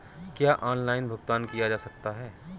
क्या ऑनलाइन भुगतान किया जा सकता है?